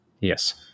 yes